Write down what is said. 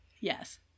Yes